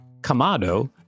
Kamado